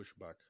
pushback